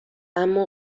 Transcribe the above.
اما